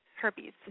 herpes